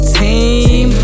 team